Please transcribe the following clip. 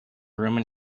roman